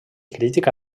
crítica